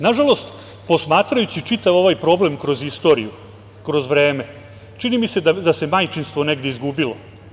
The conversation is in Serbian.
Nažalost, posmatrajući čitav ovaj problem kroz istoriju, kroz vreme, čini mi se da se majčinstvo negde izgubilo.